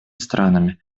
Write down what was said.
странами